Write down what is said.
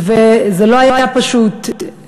וזה לא היה פשוט,